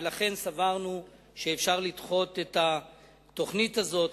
ולכן סברנו שאפשר לדחות את התוכנית הזאת,